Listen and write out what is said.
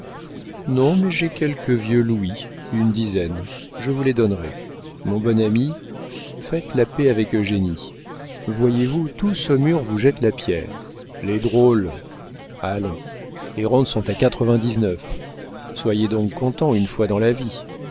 non mais j'ai quelques vieux louis une dizaine je vous les donnerai mon bon ami faites la paix avec eugénie voyez-vous tout saumur vous jette la pierre les drôles allons les rentes sont à quatre-vingt-dix-neuf soyez donc content une fois dans la vie